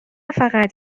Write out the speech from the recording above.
فقط